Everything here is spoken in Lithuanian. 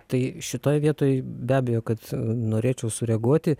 tai šitoj vietoj be abejo kad norėčiau sureaguoti